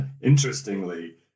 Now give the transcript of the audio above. interestingly